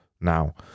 now